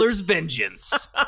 Vengeance